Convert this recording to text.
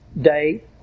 day